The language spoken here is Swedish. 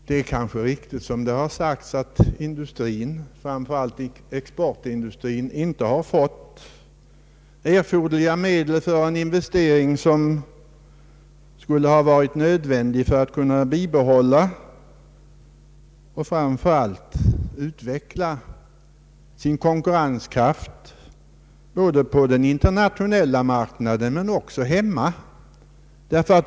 Det är kanske i viss mån riktigt att industrin, framför allt exportindustrin, inte alltid kunnat få erforderliga medel för att utveckla sin konkurrenskraft såväl på den internationella marknaden som på hemmamarknaden.